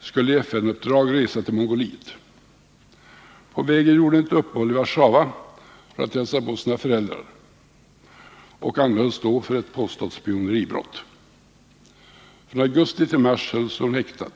skulle i FN-uppdrag resa till Mongoliet. På vägen gjorde hon ett uppehåll i Warszawa för att hälsa på sina föräldrar och anhölls då för ett påstått spioneribrott. Från augusti till mars hölls hon häktad.